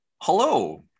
Hello